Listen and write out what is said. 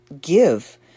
give